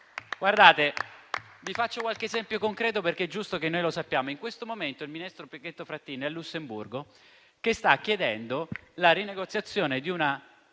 Faccio qualche esempio concreto perché è giusto che noi lo sappiamo; in questo momento il ministro Pichetto Fratin è a Lussemburgo a chiedere la rinegoziazione di una